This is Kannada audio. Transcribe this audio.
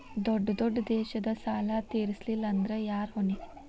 ದೊಡ್ಡ ದೊಡ್ಡ ದೇಶದ ಸಾಲಾ ತೇರಸ್ಲಿಲ್ಲಾಂದ್ರ ಯಾರ ಹೊಣಿ?